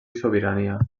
sobirania